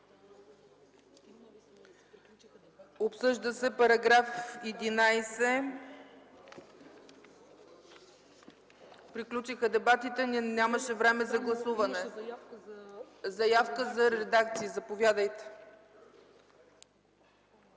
Обсъжда се § 11. Приключиха дебатите, но нямаше време за гласуване. Заявка за редакция – заповядайте.